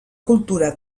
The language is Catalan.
cultura